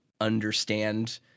understand